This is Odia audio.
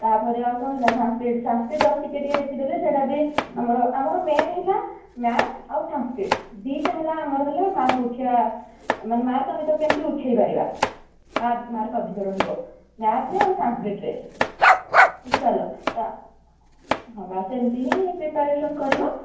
ତାପରେ ଆଉ କ'ଣ ରହିଲା ସାଂସ୍କ୍ରିଟ ସାଂସ୍କ୍ରିଟ ଜଷ୍ଟ ଟିକେ ଟିକେ ଦେଖିଦେଲେ ସେହିଟା ବି ଆମର ମେନ ହେଲା ମ୍ୟାଥ ଆଉ ସାଂସ୍କ୍ରିଟ ଦୁଇ ଟା ହେଲା ଆମର ହେଲା ମାର୍କ ଉଠିବା ମାନେ ମାର୍କ ଆମେ କେମିତି ଉଠାଇ ପାରିବା ମାର୍କ ମାର୍କ ଅଧିକ ରହିବ ମ୍ୟାଥ ରେ ଆଉ ସାଂସ୍କ୍ରିଟ ରେ ବୁଝିପାରିଲ ତ ହଁ ବାସ ସେମିତି ହିଁ ପ୍ରିପାରେସନ କରିବ